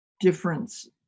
difference